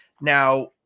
Now